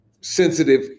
sensitive